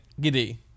giddy